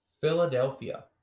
Philadelphia